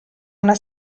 una